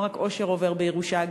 לא רק עושר עובר בירושה,